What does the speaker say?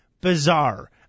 bizarre